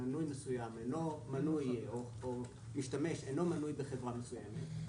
שמנוי מסוים או משתמש אינו מנוי בחברה מסוימת,